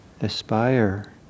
aspire